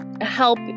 help